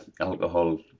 alcohol